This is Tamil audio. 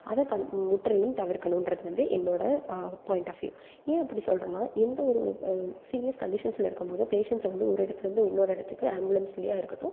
அது க முற்றிலும் தவிர்க்கணுன்றது வந்து என்னோடய பாயிண்ட் ஆஃப் வியூ ஏன் அப்படி சொல்றேன்னா எந்த ஒரு சீரியஸ் கண்டிஷன்ஸில் இருக்கும் போது பேஷண்ட்ஸை வந்து ஒரு இடத்துலேருந்து இன்னொரு இடத்துக்கு ஆம்புலன்ஸ்லேயா இருக்கட்டும்